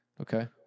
okay